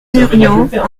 muriot